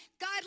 God